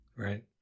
Right